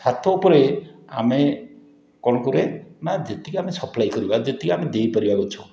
ଛାତ ଉପରେ ଆମେ କ'ଣ କରେ ନା ଯେତିକି ଆମେ ସପ୍ଲାଏ କରିବା ଯେତିକି ଆମେ ଦେଇପାରିବା ଗଛ